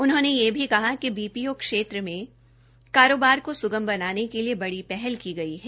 उन्होंने यह भी कहा कि बीपीओ क्षेत्र में कारोबार को सुगम बनाने के लिए बडी पहल की गई है